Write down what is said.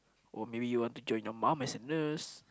or maybe you want to join your mum as a nurse